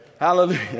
Hallelujah